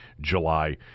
July